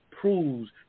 proves